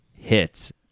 hits